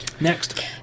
Next